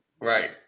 Right